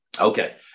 Okay